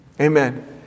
Amen